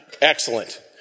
Excellent